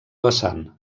vessant